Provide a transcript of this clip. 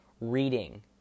reading